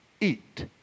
eat